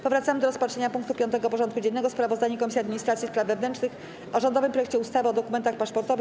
Powracamy do rozpatrzenia punktu 5. porządku dziennego: Sprawozdanie Komisji Administracji i Spraw Wewnętrznych o rządowym projekcie ustawy o dokumentach paszportowych.